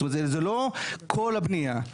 זאת אומרת זה לא כל הבניה.